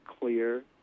clear